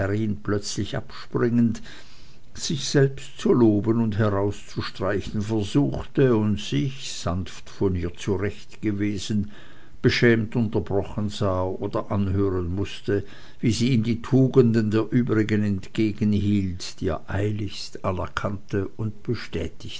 plötzlich abspringend sich selbst zu loben und herauszustreichen versuchte und sich sanft von ihr zurechtgewiesen beschämt unterbrochen sah oder anhören mußte wie sie ihm die tugenden der übrigen entgegenhielt die er eiligst anerkannte und bestätigte